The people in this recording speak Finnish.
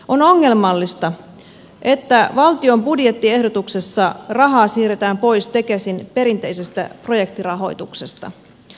on ongelmallista että valtion budjettiehdotuksessa rahaa siirretään pois tekesin perinteisestä projektirahoituksesta